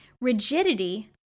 Rigidity